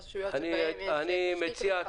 ברשויות שבהן יש תשתית --- אני מציע,